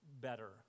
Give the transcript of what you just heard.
better